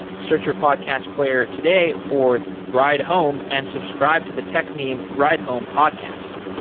search your podcast player today for ride home and subscribe to the techmeme ride home podcast.